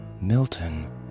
Milton